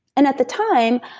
and at the time,